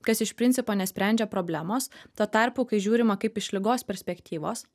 kas iš principo nesprendžia problemos tuo tarpu kai žiūrima kaip iš ligos perspektyvos